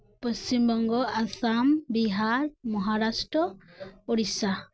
Paschim Banga Assam Bihar Maharashtra Odisha